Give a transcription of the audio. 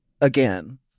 again